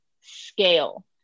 scale